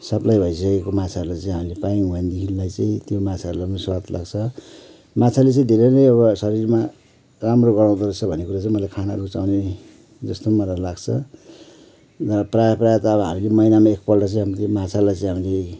supply भइसकेको माछाहरूलाई चाहिँ हामीले पायौँ भन्देखिलाई चाहिँ त्यो माछाहरूलाई पनि स्वाद लाग्छ माछाले चाहिँ धेरै नै एउटा शरीरमा राम्रो गराउँदो रहेछ भन्ने कुरा चाहिँ मैले खाना रुचाउने जस्तो मलाई लाग्छ प्राय प्राय त हामीले महिनामा हामी एकपल्ट माछालाई चाहिँ हामीले